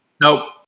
Nope